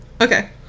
Okay